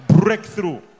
breakthrough